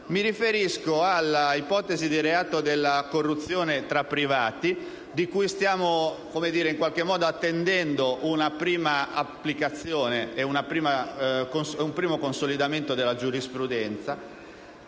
Mi riferisco all'ipotesi di reato di corruzione tra privati, di cui stiamo attendendo una prima applicazione e il relativo consolidamento della giurisprudenza,